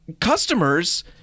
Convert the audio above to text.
customers